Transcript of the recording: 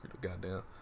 goddamn